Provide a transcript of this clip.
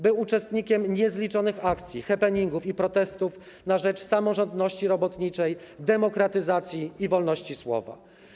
Był uczestnikiem niezliczonych akcji, happeningów i protestów na rzecz samorządności robotniczej, demokratyzacji i wolności słowa.